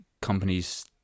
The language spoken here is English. companies